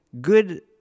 good